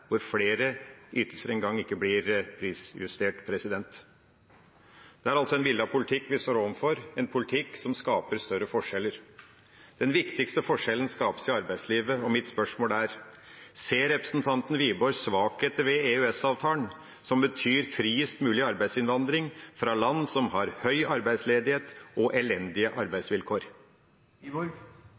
hvor flere ytelser ikke engang blir prisjustert. Det er en villet politikk vi står overfor – en politikk som skaper større forskjeller. Den viktigste forskjellen skapes i arbeidslivet, og mitt spørsmål er: Ser representanten Wiborg svakheter ved EØS-avtalen, som betyr friest mulig arbeidsinnvandring fra land som har høy arbeidsledighet og elendige arbeidsvilkår?